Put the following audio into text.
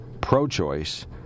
pro-choice